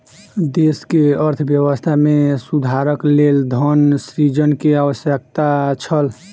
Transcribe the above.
देश के अर्थव्यवस्था में सुधारक लेल धन सृजन के आवश्यकता छल